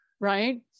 Right